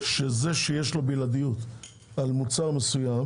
שזה שיש לו בלעדיות על מוצר מסוים